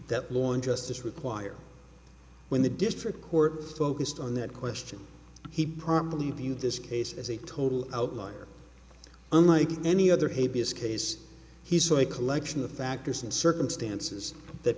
that law and justice require when the district court focused on that question he promptly viewed this case as a total outlier unlike any other habeas case he saw a collection of factors and circumstances that